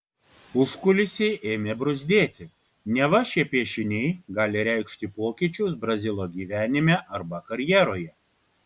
užkulisiai ėmė bruzdėti neva šie piešiniai gali reikšti pokyčius brazilo gyvenime arba karjeroje